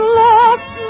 lost